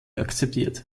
akzeptiert